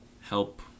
help